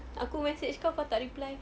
aku message kau kau tak reply